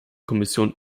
kommission